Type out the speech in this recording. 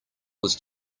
was